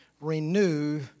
renew